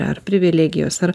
ar privilegijos ar